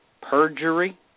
perjury